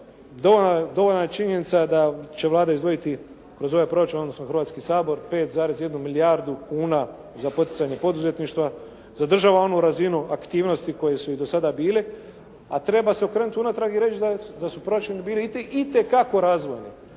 Dovoljna je činjenica da će Vlada izdvojiti kroz ovaj proračun, odnosno Hrvatski sabor 5,1 milijardu kuna za poticanje poduzetništva, zadržava onu razinu aktivnosti u kojoj su i do sada bili, a treba se okrenuti unatrag i reći da su proračuni bili itekako razdvojeni.